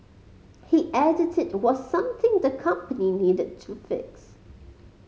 he added it was something the company needed to fix